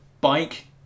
bike